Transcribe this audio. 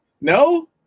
No